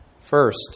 First